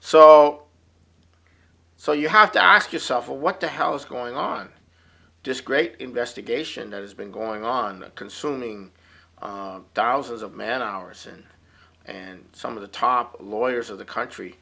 so so you have to ask yourself what the hell is going on just great investigation that has been going on consuming thousands of man hours and and some of the top lawyers of the country